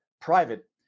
private